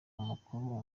abakuru